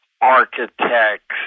architects